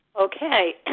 Okay